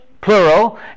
plural